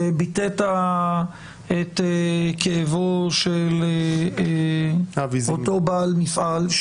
וביטאת את כאבו של אותו בעל מפעל,